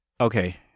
Okay